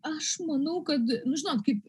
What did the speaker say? aš manau kad nu žinot kaip